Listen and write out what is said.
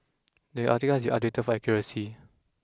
the article has updated for accuracy